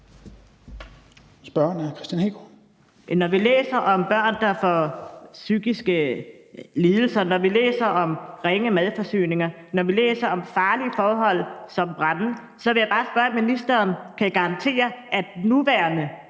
Når vi læser om børn, der får psykiske lidelser, når vi læser om ringe madforsyninger, når vi læser om farlige forhold som brande, vil jeg bare spørge, om ministeren kan garantere, at den